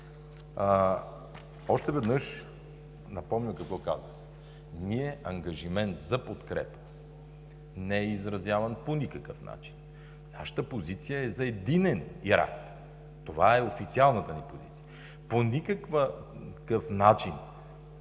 Още веднъж да напомня какво казах: от нас ангажимент за подкрепа не е изразяван по никакъв начин. Нашата позиция е за единен Ирак. Това е официалната ни позиция. По никакъв начин,